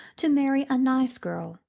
to marry a nice girl,